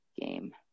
game